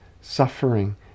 suffering